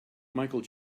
michael